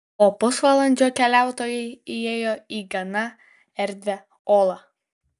po pusvalandžio keliautojai įėjo į gana erdvią olą